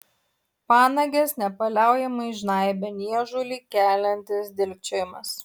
panages nepaliaujamai žnaibė niežulį keliantis dilgčiojimas